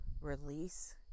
release